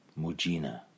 Mujina